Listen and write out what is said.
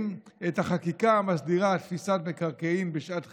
ואת החקיקה המסדירה תפיסת מקרקעין בשעת חירום.